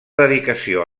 dedicació